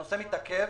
הנושא מתעכב.